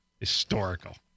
Historical